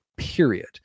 Period